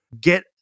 Get